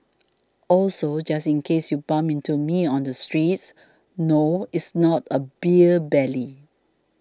also just in case you bump into me on the streets no it's not a beer belly